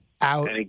out